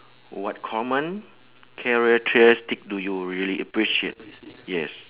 what common characteristic do you really appreciate yes